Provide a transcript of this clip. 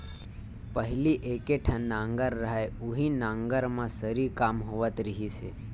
पहिली एके ठन नांगर रहय उहीं नांगर म सरी काम होवत रिहिस हे